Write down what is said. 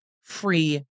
free